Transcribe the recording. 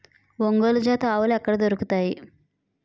ఒంగోలు జాతి ఆవులు ఎక్కడ దొరుకుతాయి?